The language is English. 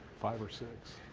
five or six.